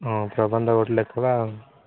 ହଁ ପ୍ରବନ୍ଧ ଗୋଟେ ଲେଖିବା ଆଉ